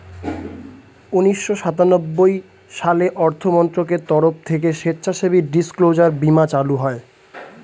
উন্নিশো সাতানব্বই সালে অর্থমন্ত্রকের তরফ থেকে স্বেচ্ছাসেবী ডিসক্লোজার বীমা চালু হয়